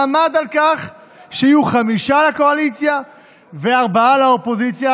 עמד על כך שיהיו חמישה לקואליציה וארבעה לאופוזיציה,